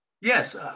Yes